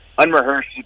unrehearsed